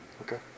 Okay